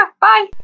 bye